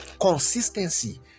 Consistency